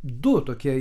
du tokie